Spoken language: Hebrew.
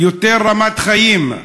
יותר רמת חיים,